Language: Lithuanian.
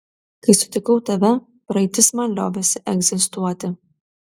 kai sutikau tave praeitis man liovėsi egzistuoti